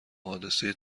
حادثه